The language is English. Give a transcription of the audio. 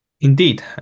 Indeed